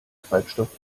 treibstoff